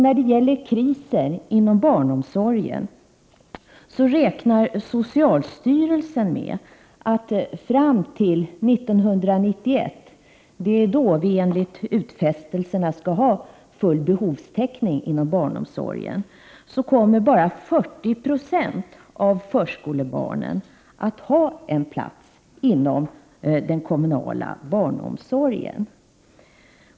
När det gäller krisen inom barnomsorgen räknar socialstyrelsen med att fram till 1991 — det är då vi enligt utfästelserna skall ha full behovstäckning inom barnomsorgen — kommer bara 40 96 av förskolebarnen att ha en plats inom den kommunala barnomsorgen.